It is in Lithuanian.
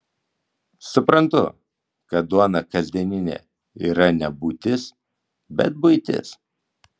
suprantu kad duona kasdieninė yra ne būtis bet buitis